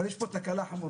אבל יש פה תקלה חמורה.